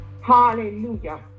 Hallelujah